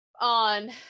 on